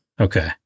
Okay